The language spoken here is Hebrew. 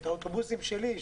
שאת האוטובוסים שלי,